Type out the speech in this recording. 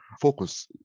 focus